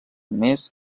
més